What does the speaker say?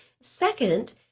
second